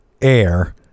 air